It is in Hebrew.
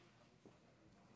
אתה קורא למרי אזרחי?